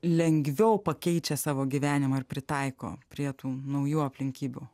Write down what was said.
lengviau pakeičia savo gyvenimą ar pritaiko prie tų naujų aplinkybių